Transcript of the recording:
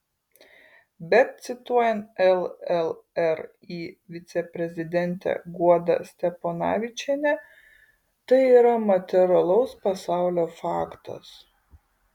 bet cituojant llri viceprezidentę guodą steponavičienę tai yra materialaus pasaulio faktas